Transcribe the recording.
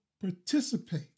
participate